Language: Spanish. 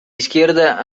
izquierda